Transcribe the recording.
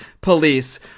police